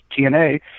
tna